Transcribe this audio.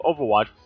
Overwatch